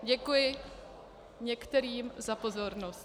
Děkuji některým za pozornost.